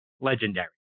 Legendary